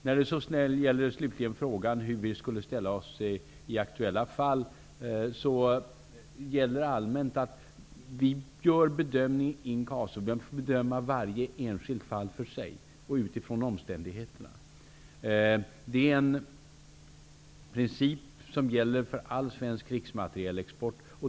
När det slutligen gäller frågan hur vi skulle ställa oss i aktuella fall gäller allmänt att vi gör bedömningar in casu. Man får bedöma varje enskilt fall för sig och utifrån omständigheterna. Det är en princip som gäller för all svensk krigsmaterielexport.